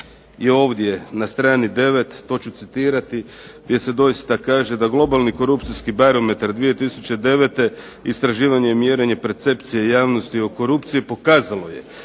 je ovdje na strani 9, to ću citirati jer se doista kaže da "Globalni korupcijski barometar 2009. istraživanje i mjerenje percepcije javnosti o korupciji pokazalo je